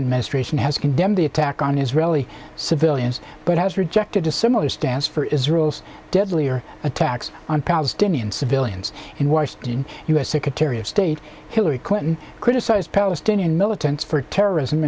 administration has condemned the attack on israeli civilians but has rejected a similar stance for israel's deadly or attacks on palestinian civilians in washington u s secretary of state hillary clinton criticized palestinian militants for terrorism